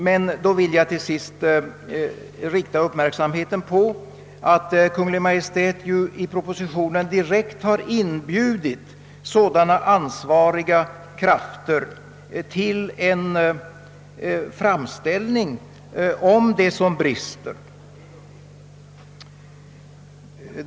Med anledning därav vill jag till sist fästa uppmärksamheten på att Kungl. Maj:t i propositionen direkt har inbjudit sådana ansvariga krafter till en framställning om det som brister.